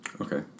Okay